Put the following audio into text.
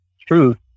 truth